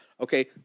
Okay